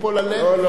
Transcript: אתה לוקח את האחריות?